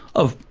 of,